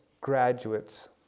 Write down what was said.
graduates